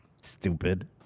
Stupid